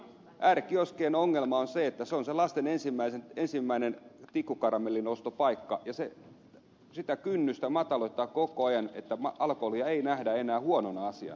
r kioskien ongelma on se että se on se lasten ensimmäinen tikkukaramellin ostopaikka ja sitä kynnystä mataloittaa koko ajan että alkoholia ei nähdä enää huonona asiana